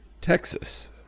Texas